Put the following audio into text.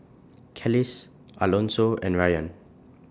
Kelis Alonso and Rayan